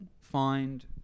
find